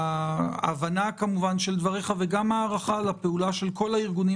ההבנה של דבריך וגם הערכה לפעולה של כל הארגונים